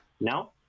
No